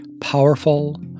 powerful